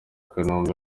kanombe